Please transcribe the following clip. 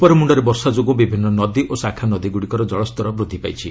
ଉପରମୁଣ୍ଡରେ ବର୍ଷା ଯୋଗୁଁ ବିଭିନ୍ନ ନଦୀ ଓ ଶାଖା ନଦୀଗ୍ରଡ଼ିକର କଳସ୍ତର ବୃଦ୍ଧି ପାଇଛି